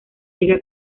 liga